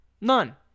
None